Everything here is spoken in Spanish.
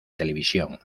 televisión